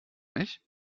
nicht